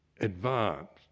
advanced